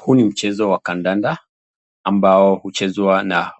Huu ni mchezo wa kandanda ambao huchezwa na